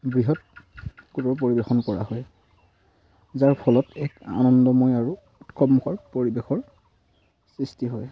বৃহৎ পৰিৱেশন কৰা হয় যাৰ ফলত এক আনন্দময় আৰু উৎসৱমুখৰ পৰিৱেশৰ সৃষ্টি হয়